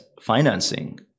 financing